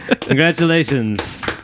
Congratulations